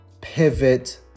pivot